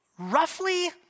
Roughly